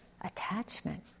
attachment